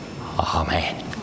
Amen